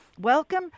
Welcome